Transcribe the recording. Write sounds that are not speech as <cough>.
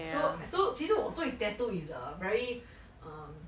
so so 其实我不会 tattoo is a very um <noise>